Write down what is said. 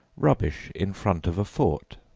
rubbish in front of a fort,